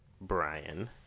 Brian